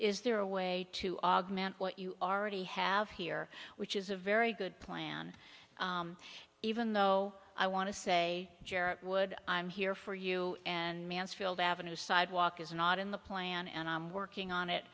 is there a way to augment what you already have here which is a very good plan even though i want to say would i'm here for you and mansfield avenue sidewalk is not in the plan and i'm working on it